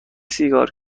سیگار